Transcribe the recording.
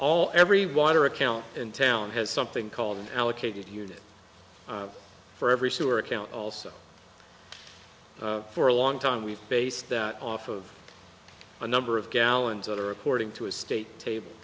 all every water account in town has something called an allocated unit for every sewer account also for a long time we base that off of a number of gallons that are according to a state table